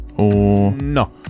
No